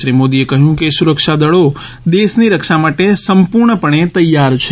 શ્રી મોદીએ કહ્યું કે સુરક્ષા દળો દેશની રક્ષા માટે સંપૂર્ણપણે તૈયાર છે